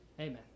amen